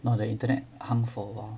!wow! the internet hung for a while